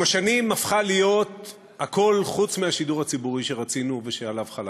עם השנים הפכה להיות הכול חוץ מהשידור הציבורי שרצינו ושעליו חלמנו,